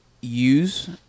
use